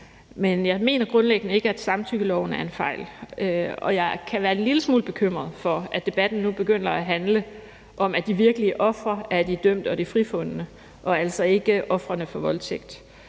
Men jeg mener grundlæggende ikke, at samtykkeloven er en fejl. Og jeg kan være en lille smule bekymret for, at debatten nu begynder at handle om, at de virkelige ofre er de dømte og de frifundne og altså ikke ofrene for voldtægt.